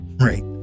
right